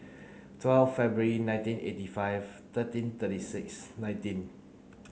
twelve February nineteen eighty five thirteen thirty six nineteen